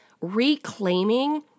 reclaiming